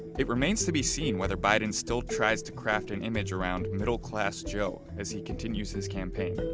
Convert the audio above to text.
it remains to be seen whether biden still tries to craft an image around middle class joe as he continues his campaign.